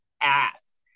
ass